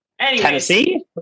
Tennessee